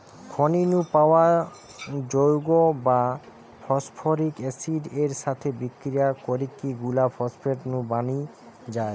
খনি নু পাওয়া যৌগ গা ফস্ফরিক অ্যাসিড এর সাথে বিক্রিয়া করিকি গুলা ফস্ফেট নুন বনি যায়